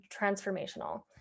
transformational